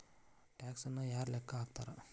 ಟ್ಯಾಕ್ಸನ್ನ ಯಾರ್ ಲೆಕ್ಕಾ ಹಾಕ್ತಾರ?